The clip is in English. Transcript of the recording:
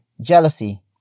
jealousy